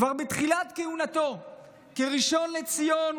כבר בתחילת כהונתו כראשון לציון,